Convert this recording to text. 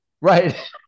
Right